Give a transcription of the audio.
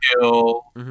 kill